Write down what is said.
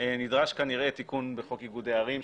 נדרש כנראה תיקון בחוק איגודי ערים,